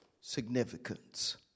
significance